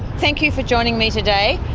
thank you for joining me today.